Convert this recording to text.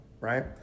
right